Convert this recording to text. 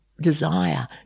desire